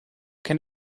can